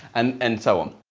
and, and so on.